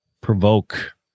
Provoke